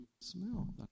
smell